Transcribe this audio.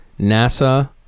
NASA